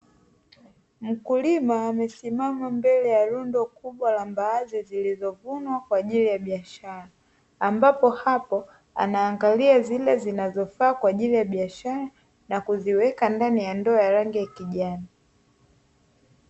Mkulima amesimama mbele ya rundo kubwa la mbaazi zilizovunwa kwa ajili ya biashara, ambapo hapo anaangalia zile zinazofaa kwa ajili ya biashara na kuziweka ndani ya ndoo ya rangi ya kijani.